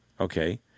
Okay